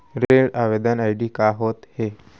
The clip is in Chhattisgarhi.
ऋण आवेदन आई.डी का होत हे?